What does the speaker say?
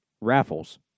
raffles